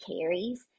carries